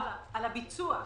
על הביצוע.